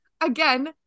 again